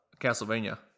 Castlevania